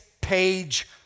page